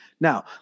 Now